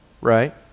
right